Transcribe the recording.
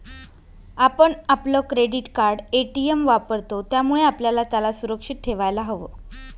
आपण आपलं credit card, ATM वापरतो, त्यामुळे आपल्याला त्याला सुरक्षित ठेवायला हव